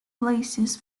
places